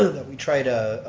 that we try to,